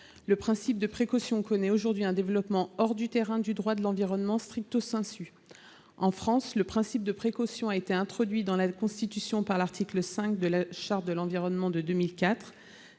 du principe de précaution connaît aujourd'hui un développement hors du terrain du droit de l'environnement. En France, ce principe a été introduit dans la Constitution par l'article 5 de la Charte de l'environnement de 2004.